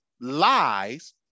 lies